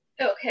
Okay